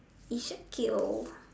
ezekiel